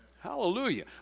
Hallelujah